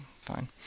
Fine